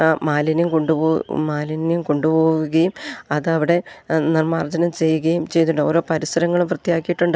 മാലിന്യം കൊണ്ടു പോ മാലിന്യം കൊണ്ടു പോകുകയും അതവിടെ നിർമ്മാർജ്ജനം ചെയ്യുകയും ചെയ്തിട്ട് ഓരോ പരിസരങ്ങളും വൃത്തിയാക്കിയിട്ടുണ്ട്